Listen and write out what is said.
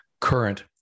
current